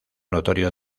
notorio